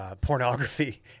Pornography